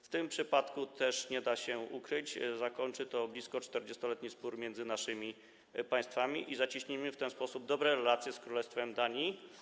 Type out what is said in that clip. W tym przypadku też nie da się ukryć, że zakończy to blisko 40-letni spór między naszymi państwami i zacieśnimy w ten sposób dobre relacje z Królestwem Danii.